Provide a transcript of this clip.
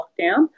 lockdown